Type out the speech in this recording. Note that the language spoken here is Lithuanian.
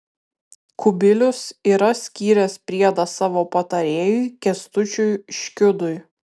kubilius yra skyręs priedą savo patarėjui kęstučiui škiudui